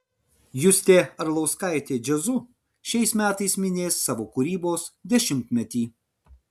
justė arlauskaitė jazzu šiais metais minės savo kūrybos dešimtmetį